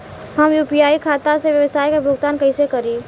हम यू.पी.आई खाता से व्यावसाय के भुगतान कइसे करि?